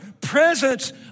presence